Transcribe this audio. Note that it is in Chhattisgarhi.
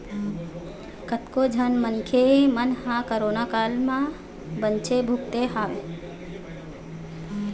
कतको झन मनखे मन ह कोरोना काल म बनेच भुगते हवय